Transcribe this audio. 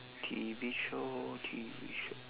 T_V show T_V show